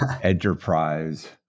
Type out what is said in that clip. enterprise